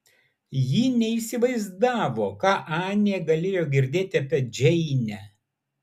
ji neįsivaizdavo ką anė galėjo girdėti apie džeinę